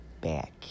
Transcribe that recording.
back